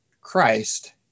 Christ